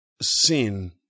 sin